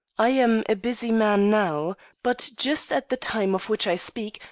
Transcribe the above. i am a busy man now, but just at the time of which i speak,